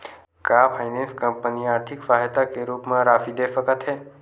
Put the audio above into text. का finance company आर्थिक सेवा के रूप म राशि दे सकत हे?